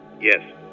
Yes